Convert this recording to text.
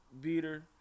beater